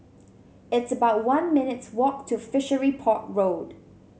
it's about one minutes' walk to Fishery Port Road